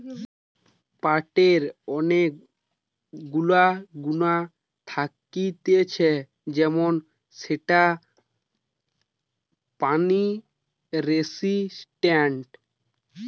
পাটের অনেক গুলা গুণা থাকতিছে যেমন সেটা পানি রেসিস্টেন্ট